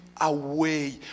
away